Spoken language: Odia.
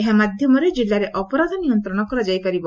ଏହା ମାଧ୍ଧମରେ ଜିଲ୍ଲାରେ ଅପରାଧ ନିୟନ୍ବଶ କରାଯାଇପାରିବ